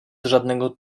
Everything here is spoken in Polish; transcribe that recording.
żadnego